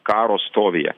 karo stovyje